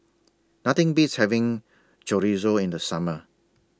Nothing Beats having Chorizo in The Summer